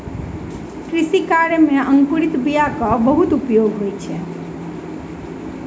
कृषि कार्य में अंकुरित बीयाक बहुत उपयोग होइत अछि